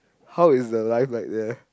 how is the life like there